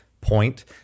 point